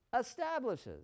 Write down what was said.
establishes